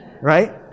Right